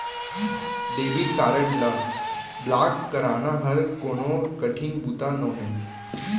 debit card ल block कराना हर कोनो कठिन बूता नोहे